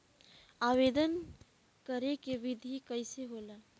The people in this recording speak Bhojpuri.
आवेदन करे के विधि कइसे होला?